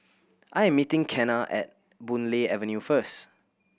I'm meeting Kenna at Boon Lay Avenue first